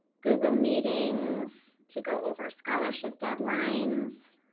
google meetings to go over scholarship deadlines,